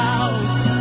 out